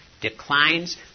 declines